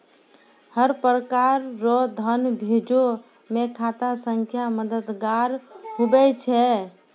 हर प्रकार रो धन भेजै मे खाता संख्या मददगार हुवै छै